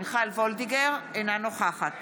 אינה נוכחת